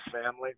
family